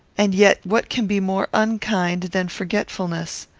and yet what can be more unkind than forgetfulness?